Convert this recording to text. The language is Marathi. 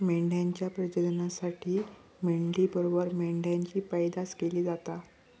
मेंढ्यांच्या प्रजननासाठी मेंढी बरोबर मेंढ्यांची पैदास केली जाता